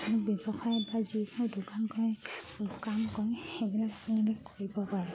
ব্যৱসায় বা যিকোনো দোকানখন কাম কৰে সেইবিলাক কৰিব পাৰোঁ